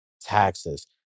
taxes